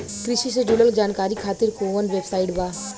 कृषि से जुड़ल जानकारी खातिर कोवन वेबसाइट बा?